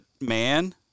man